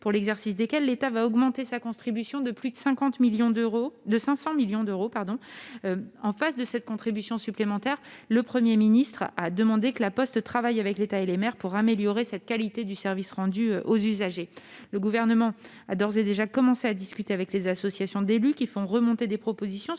pour l'exercice desquelles l'État va augmenter sa contribution de plus de 500 millions d'euros. En contrepartie de cette contribution supplémentaire, le Premier ministre a demandé à La Poste de travailler avec l'État et les maires pour améliorer la qualité du service rendu aux usagers. Le Gouvernement a d'ores et déjà commencé à discuter avec les associations d'élus, qui font remonter des propositions